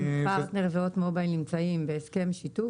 אם פרטנר והוט מובייל נמצאים בהסכם שיתוף,